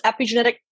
epigenetic